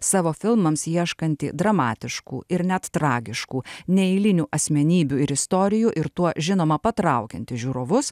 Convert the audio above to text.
savo filmams ieškanti dramatiškų ir net tragiškų neeilinių asmenybių ir istorijų ir tuo žinoma patraukianti žiūrovus